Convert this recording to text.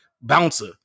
bouncer